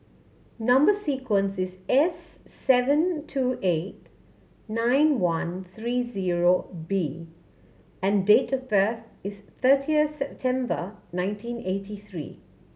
number sequence is S seven two eight nine one three zero B and date of birth is thirtieth September nineteen eighty three